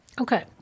Okay